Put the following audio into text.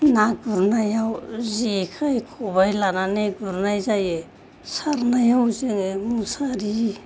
ना गुरनायाव जेखाइ खबाय लानानै गुरनाय जायो सारनायाव जोङो मुसारि